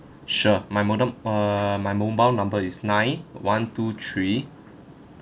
sure my modem err my mobile number is nine one two three